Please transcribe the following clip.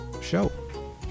show